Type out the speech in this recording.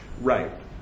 Right